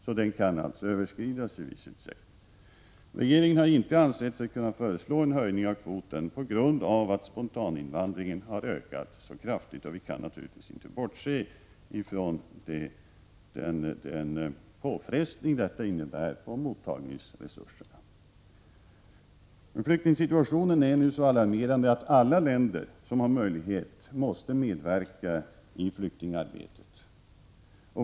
Kvoten kan alltså överskridas i viss utsträckning. Regeringen har inte ansett sig kunna föreslå en höjning av kvoten på grund av att spontaninvandringen har ökat så kraftigt. Vi kan naturligtvis inte bortse från den påfrestning på mottagningsresurserna som detta innebär. Flyktingsituationen är nu så alarmerande att alla länder som har möjlighet måste medverka i flyktingarbetet.